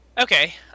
okay